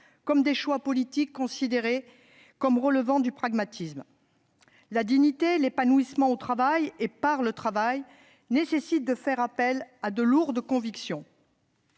comme des choix politiques considérés comme relevant du pragmatisme. La dignité, l'épanouissement au travail et par le travail nécessitent de faire appel à de profondes convictions.